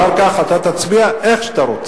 אחר כך אתה תצביע איך שאתה רוצה.